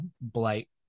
blight